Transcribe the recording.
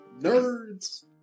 nerds